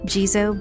Jizo